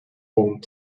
own